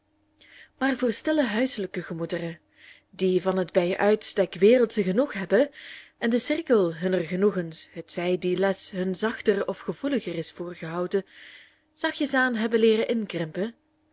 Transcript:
maar voor stille huiselijke gemoederen die van het bij uitstek wereldsche genoeg hebben en den cirkel hunner genoegens hetzij die les hun zachter of gevoeliger is voorgehouden zachtjes aan hebben leeren inkrimpen